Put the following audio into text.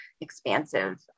expansive